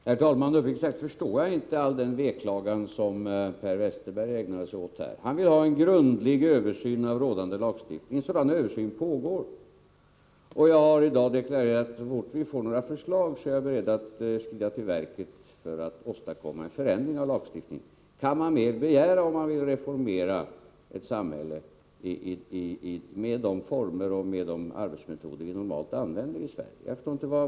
Herr talman! Uppriktigt sagt förstår jag inte all den veklagan Per Westerberg ägnar sig åt. Han vill ha en grundlig översyn av rådande lagstiftning. En sådan översyn pågår. Jag har i dag deklarerat att jag så fort vi får några förslag är beredd att skrida till verket för att åstadkomma en förändring av lagstiftningen. Kan man mer begära om man vill reformera ett samhälle med de former och arbetsmetoder vi normalt använder i Sverige?